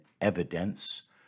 evidence